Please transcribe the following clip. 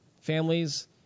families